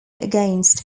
against